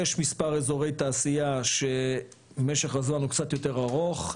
יש מס' אזורי תעשייה שמשך הזמן הוא קצת יותר ארוך,